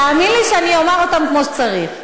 תאמין לי שאני אומר כמו שצריך.